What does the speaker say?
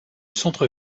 centre